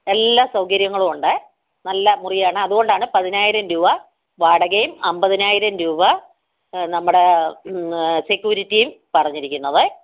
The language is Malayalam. എല്ലാ സൗകര്യങ്ങളും ഉണ്ടേ നല്ല മുറിയാണ് അതുകൊണ്ടാണ് പതിനായിരം രൂപ വാടകയും അമ്പതിനായിരം രൂപ നമ്മുടെ സെക്യൂരിറ്റിയും പറഞ്ഞിരിക്കുന്നതേ